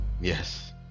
Yes